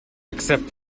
except